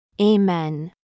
Amen